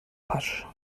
pasch